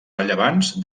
rellevants